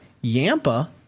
Yampa